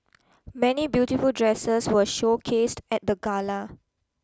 many beautiful dresses were showcased at the gala